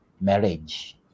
marriage